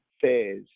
says